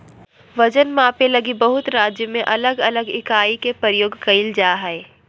वजन मापे लगी बहुत राज्य में अलग अलग इकाई के प्रयोग कइल जा हइ